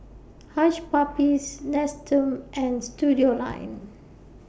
Hush Puppies Nestum and Studioline